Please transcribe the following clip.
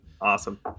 Awesome